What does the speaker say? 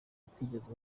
utigeze